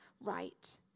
right